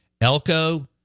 Elko